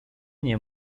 nie